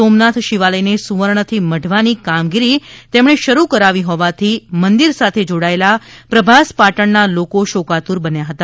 સોમનાથ શિવાલય ને સુવર્ણ થી મઢવાની કામગીરી તેમણે શરૂ કરાવી હોવાથી મંદિર સાથે જોડાયેલા પ્રભાસ પાટણના લોકો શોકાતુર બન્યા હતા